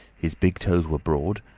his big toes were broad,